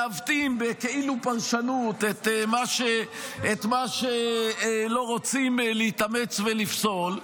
מעוותים בכאילו פרשנות את מה שלא רוצים להתאמץ ולפסול.